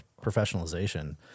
professionalization